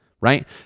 right